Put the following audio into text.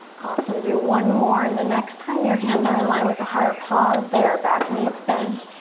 awesome, do one more and the next time your hands are in line with the heart, pause there. back knee's bent.